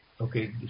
Okay